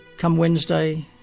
come wednesday,